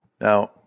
Now